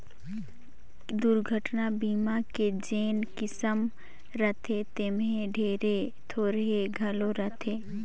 दुरघटना बीमा के जेन किस्त रथे तेम्हे ढेरे थोरहें घलो रहथे